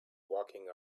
walking